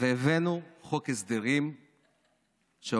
והבאנו חוק הסדרים שהולך